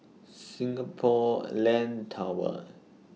Singapore Land Tower